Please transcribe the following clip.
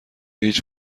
هیچ